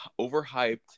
overhyped